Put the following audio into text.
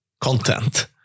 content